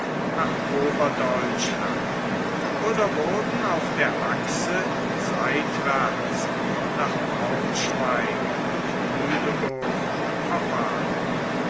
nach oberdeutschland oder wurden auf der achse seitwärts nach braunschweig und lüneburg verfahren